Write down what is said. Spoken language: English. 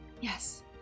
yes